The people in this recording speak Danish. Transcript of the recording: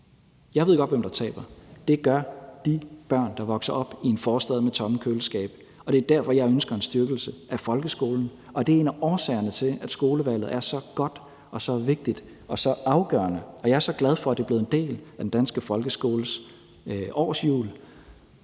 Jeg ved godt, hvem der taber. Det gør de børn, der vokser op i en forstad med tomme køleskabe. Det er derfor, jeg ønsker en styrkelse af folkeskolen, og det er en af årsagerne til, at skolevalget er så godt, så vigtigt og så afgørende. Jeg er så glad for, at det er blevet en del af den danske folkeskoles årshjul,